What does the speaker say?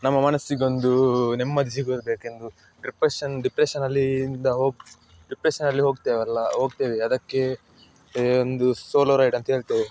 ನಮ್ಮ ಮನಸ್ಸಿಗೊಂದು ನೆಮ್ಮದಿ ಸಿಗಬೇಕೆಂದು ಡ್ರಿಪ್ಪೆಷನ್ ಡಿಪ್ರೆಷನಲ್ಲಿ ಇಂದ ಹೋಗಿ ಡಿಪ್ರೆಷನ್ನಲ್ಲಿ ಹೋಗ್ತೇವಲ್ಲ ಹೋಗ್ತೇವೆ ಅದಕ್ಕೆ ಒಂದು ಸೋಲೋ ರೈಡ್ ಅಂತ ಹೇಳ್ತೇವೆ